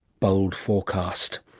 bold forecast.